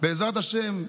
בעזרת השם,